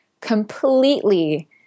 completely